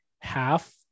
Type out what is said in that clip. half